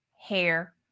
hair